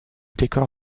décore